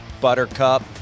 Buttercup